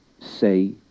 say